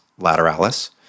lateralis